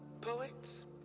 poets